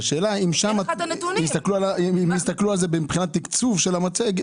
והשאלה היא האם הסתכלו על זה גם בתקצוב של התוכנית.